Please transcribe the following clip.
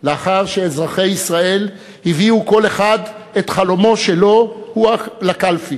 לאחר שאזרחי ישראל הביאו כל אחד את חלומו שלו לקלפי,